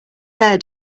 there